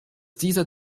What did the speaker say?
dieser